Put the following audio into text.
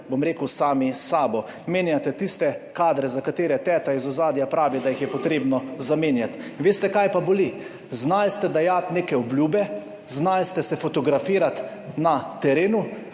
predvsem sami s sabo. Menjate tiste kadre, za katere teta iz ozadja pravi, da jih je potrebno zamenjati. Veste kaj pa boli? Znali ste dajati neke obljube, znali ste se fotografirati na terenu,